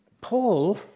Paul